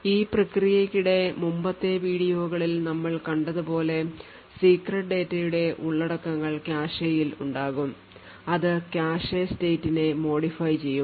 ഈ പ്രക്രിയയ്ക്കിടെ മുമ്പത്തെ വീഡിയോകളിൽ നമ്മൾ കണ്ടതുപോലെ secret ഡാറ്റയുടെ ഉള്ളടക്കങ്ങൾ കാഷെയിൽ ഉണ്ടാകും അത് കാഷെ state നെ modify ചെയ്യും